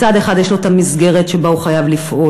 מצד אחד יש לו את המסגרת שבה הוא חייב לפעול,